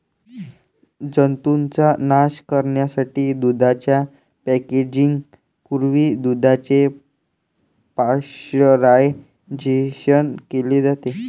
जंतूंचा नाश करण्यासाठी दुधाच्या पॅकेजिंग पूर्वी दुधाचे पाश्चरायझेशन केले जाते